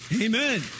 Amen